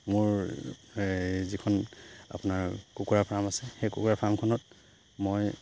মোৰ যিখন আপোনাৰ কুকুৰা ফাৰ্ম আছে সেই কুকুৰা ফাৰ্মখনত মই